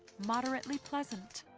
moderately pleasant.